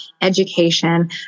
education